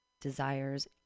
Desires